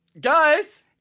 guys